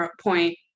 point